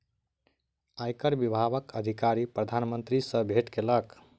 आयकर विभागक अधिकारी प्रधान मंत्री सॅ भेट केलक